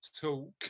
talk